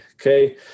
okay